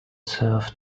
surf